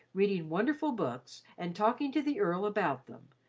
reading wonderful books and talking to the earl about them,